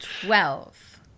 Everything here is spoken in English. Twelve